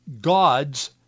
gods